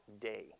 day